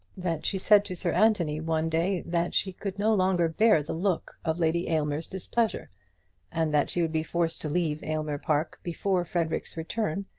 that she said to sir anthony one day that she could no longer bear the look of lady aylmer's displeasure and that she would be forced to leave aylmer park before frederic's return,